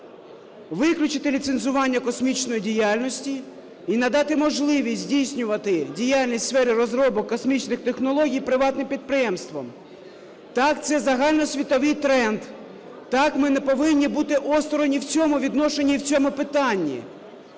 виключити ліцензування космічної діяльності і надати можливість здійснювати діяльність в сфері розробок космічних технологій приватним підприємствам. Так, це загальносвітовий тренд. Так, ми не повинні бути осторонь і в цьому відношенні, і в цьому питанні.